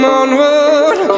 onward